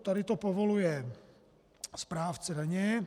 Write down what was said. Tady to povoluje správce daně.